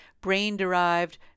brain-derived